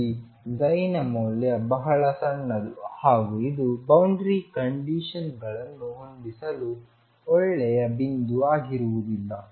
ಇಲ್ಲಿ ψ ನ ಮೌಲ್ಯ ಬಹಳ ಸಣ್ಣದು ಹಾಗೂ ಇದು ಬೌಂಡರಿ ಕಂಡೀಶನ್ ಗಳನ್ನು ಹೊಂದಿಸಲು ಒಳ್ಳೆಯ ಬಿಂದು ಆಗಿರುವುದಿಲ್ಲ